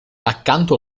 accanto